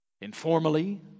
Informally